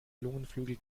lungenflügel